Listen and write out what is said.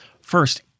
First